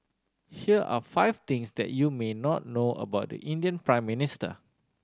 here are five things that you may not know about the Indian Prime Minister